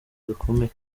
gakomeye